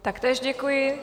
Taktéž děkuji.